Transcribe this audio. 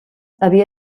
havia